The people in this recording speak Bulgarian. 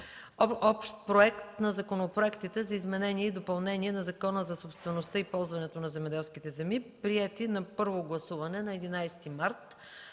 Общ проект на законопроектите за изменение и допълнение на Закона за собствеността и ползването на земеделските земи, приети на първо гласуване на 11 март